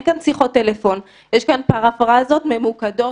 אין כאן שיחות טלפון, יש כאן פרפרזות ממוקדות,